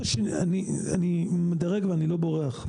אני מדרג ואני לא בורח.